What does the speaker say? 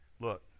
Look